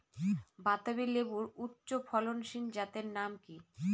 বাতাবি লেবুর উচ্চ ফলনশীল জাতের নাম কি?